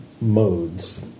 modes